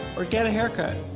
or get a haircut.